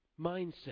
mindset